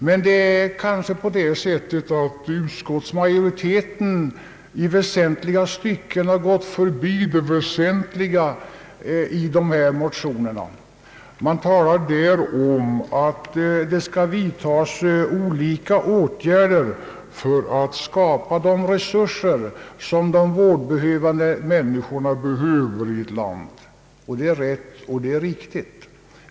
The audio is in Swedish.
Men utskottsmajoriteten har kanske gått förbi det väsentliga i dessa motioner. Det talas om att man bör vidta olika åtgärder för att skapa de resurser som är nödvändiga för de vårdbehövande människorna, och det är rätt och riktigt.